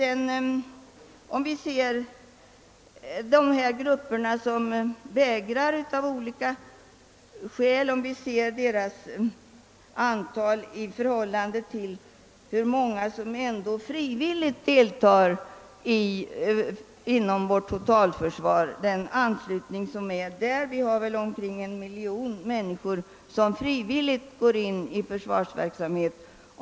En jämförelse mellan dem som av olika skäl vägrar att bära vapen och dem som frivilligt arbetar inom vårt totalförsvar ger vid handen, att omkring en miljon människor frivilligt deltar i försvarsverksamheten.